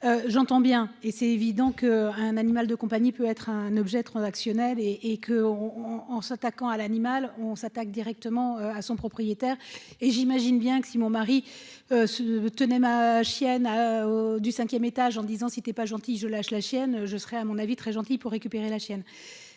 j'entends bien, et c'est évident qu'un animal de compagnie, peut être un objet transactionnel et et que on en en s'attaquant à l'animal, on s'attaque directement à son propriétaire et j'imagine bien que si mon mari se tenait ma chienne du 5ème étage en disant : si tu es pas gentille, je la je la chienne, je serai à mon avis très gentille, pour récupérer la chienne,